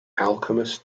alchemist